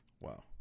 Wow